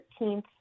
13th